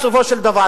בסופו של דבר,